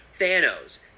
thanos